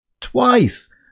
twice